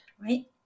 right